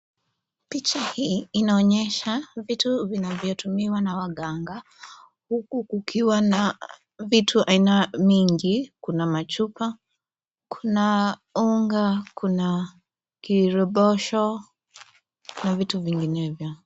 Picha hii inaonyesha vitu vinavyotumiwa na waganga huku kukiwa na vitu aina mingi kuna mashuka, kuna unga kuna kirobosho na vitu vinginevyo.